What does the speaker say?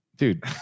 Dude